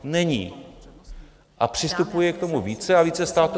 Není a přistupuje k tomu více a více států.